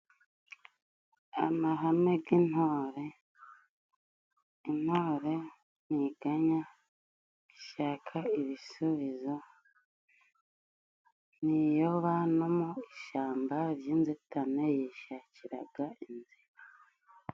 Amahame g'intore: intore ntiganya ishaka ibisubizo, ntiyoba no mu ishyamba ry'inzitane yishakiraga inzira.